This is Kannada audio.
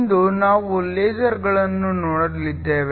ಇಂದು ನಾವು ಲೇಸರ್ಗಳನ್ನು ನೋಡಲಿದ್ದೇವೆ